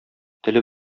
теле